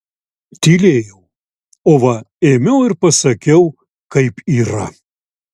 tylėjau o va ėmiau ir pasakiau kaip yra